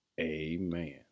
amen